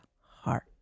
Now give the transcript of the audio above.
heart